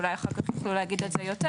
אולי אחר כך יוכלו להגיד על זה יותר.